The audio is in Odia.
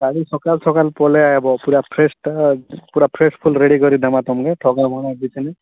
କାଲି ସକାଳୁ ସକାଳୁ ପଳେଇ ଆଇବ ପୁରା ଫ୍ରେଶ୍ଟା ପୁରା ଫ୍ରେଶ୍ ଫୁଲ ରେଡ଼ି କରି ଦେବାଁ ତୁମକୁ ଠକାମକା କିଛି ନାଇଁ